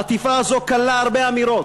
העטיפה הזאת כללה הרבה אמירות,